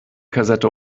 kassette